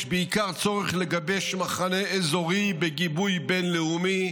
בעיקר צורך לגבש מחנה אזורי בגיבוי בין-לאומי,